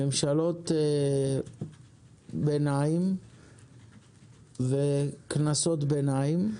היו ממשלות ביניים וכנסות ביניים.